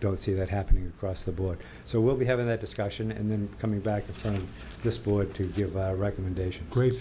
don't see that happening across the board so we'll be having that discussion and then coming back to this board to give a recommendation great